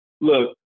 look